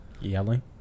yelling